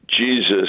Jesus